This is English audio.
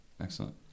Excellent